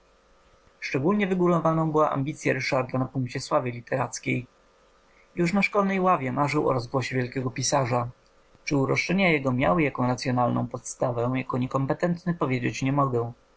szczególnie wygórowaną była ambicya ryszarda na punkcie sławy literackiej już na szkolnej ławie marzył o rozgłosie wielkiego pisarza czy uroszczenia jego miały jaką racyonalną podstawę jako niekompetentny powiedzieć nie mogę